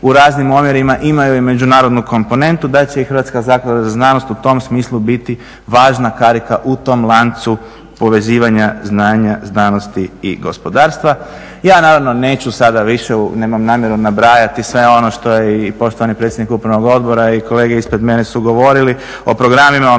u raznim omjerima imaju i međunarodnu komponentu, da će ih Hrvatska zaklada za znanost u tom smislu biti važna karika u tom lancu povezivanja znanosti i gospodarstva. Ja naravno neću sada više, nemam namjeru nabrajati sve ono što je i poštovani predsjednik upravnog odbora i kolege ispred mene su govorili o programima međunarodne